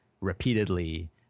repeatedly